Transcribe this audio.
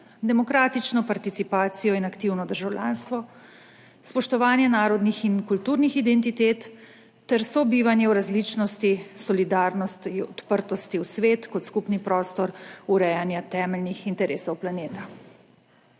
demokratično participacijo in aktivno državljanstvo, spoštovanje narodnih in kulturnih identitet ter sobivanje v različnosti, solidarnosti, odprtosti v svet kot skupni prostor urejanja temeljnih interesov planeta.